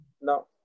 no